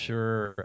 Sure